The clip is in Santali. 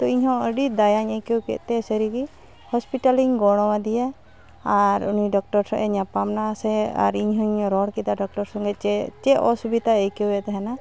ᱛᱳ ᱤᱧᱦᱚᱸ ᱟᱹᱰᱤ ᱫᱟᱭᱟᱧ ᱟᱹᱭᱠᱟᱹᱣ ᱠᱮᱫᱛᱮ ᱥᱟᱹᱨᱤᱜᱮ ᱦᱚᱥᱯᱤᱴᱟᱞᱤᱧ ᱜᱚᱲᱚᱣᱟᱫᱮᱭᱟ ᱟᱨ ᱩᱱᱤ ᱰᱚᱠᱴᱚᱨ ᱴᱷᱮᱡᱮ ᱧᱟᱯᱟᱢᱮᱱᱟ ᱥᱮ ᱟᱨ ᱤᱧᱦᱚᱸᱧ ᱨᱚᱲ ᱠᱮᱫᱟ ᱰᱚᱠᱴᱚᱨ ᱥᱚᱸᱜᱮ ᱡᱮ ᱪᱮᱫ ᱚᱥᱩᱵᱤᱫᱷᱟᱭ ᱟᱹᱭᱠᱟᱹᱣᱮᱫ ᱛᱮᱦᱮᱱᱟ